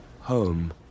home